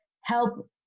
help